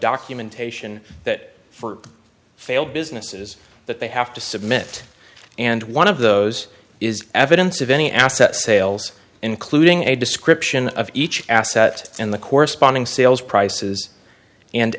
documentation that for failed businesses that they have to submit and one of those is evidence of any asset sales including a description of each asset and the corresponding sales prices and